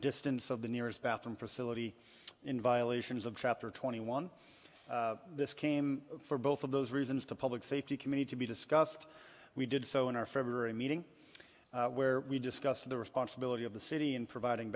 distance of the nearest bathroom facility in violations of chapter twenty one this came for both of those reasons to public safety committee to be discussed we did so in our february meeting where we discussed the responsibility of the city in providing